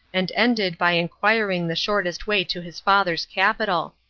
and ended by inquiring the shortest way to his father's capital.